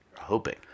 hoping